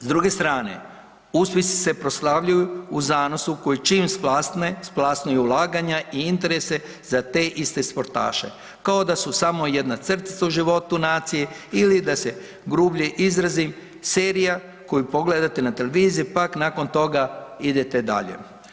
S druge strane uspjesi se proslavljuju u zanosu koji čim splasne, splasnu i ulaganja i interese za te iste sportaše kao su samo jedna crtica u životu nacije ili da se grublje izrazim serija koju pogledate na televiziji pak nakon toga idete dalje.